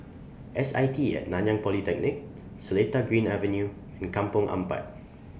S I T Nanyang Polytechnic Seletar Green Avenue and Kampong Ampat